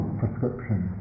prescription